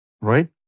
Right